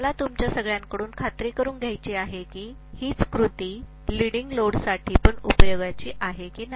मला तुमच्या सगळ्यांकडून खात्री करून घ्यायची आहे कि हीच कृती लिडिंग लोड साठी पण उपयोगाची आहे कि नाही